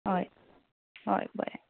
हय हय बरें